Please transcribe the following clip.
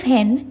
Hen